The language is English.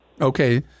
Okay